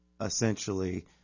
essentially